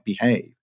behave